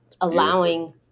allowing